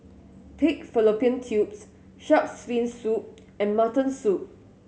pig fallopian tubes Shark's Fin Soup and mutton soup